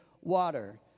water